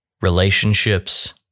relationships